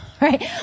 Right